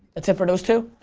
that's it for those two.